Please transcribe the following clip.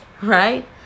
right